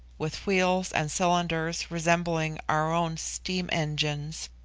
with wheels and cylinders resembling our own steam-engines,